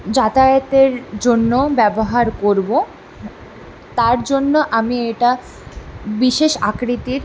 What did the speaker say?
যাতায়াতের জন্য ব্যবহার করবো তার জন্য আমি এটা বিশেষ আকৃতির